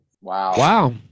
Wow